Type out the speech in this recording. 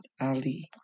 Ali